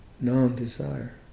non-desire